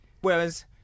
Whereas